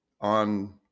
on